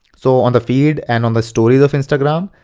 so on the feeds and on the stories of instagram.